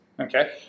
Okay